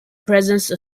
presence